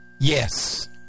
Yes